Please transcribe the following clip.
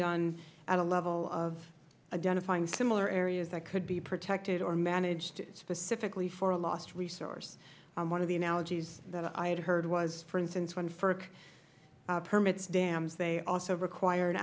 done at a level of identifying similar areas that could be protected or managed specifically for a lost resource one of the analogies that i had heard was for instance when ferc permits dams they also require an